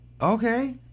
Okay